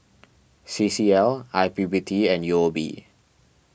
C C L I P P T and U O B